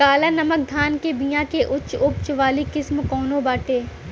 काला नमक धान के बिया के उच्च उपज वाली किस्म कौनो बाटे?